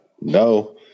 No